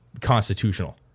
constitutional